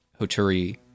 Hoturi